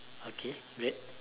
okay great